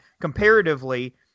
comparatively